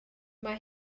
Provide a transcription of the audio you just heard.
mae